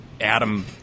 Adam